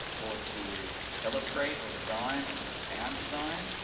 or to illustrate or design, or do sound design,